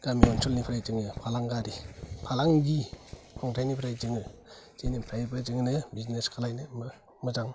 गामि ओनसोलनिफ्राय जोङो फालांगिआरि फालांगि खुंथाइनिफ्राय जोङो जेनिफ्रायबो जोंनो बिजनेस खालायनोबो मोजां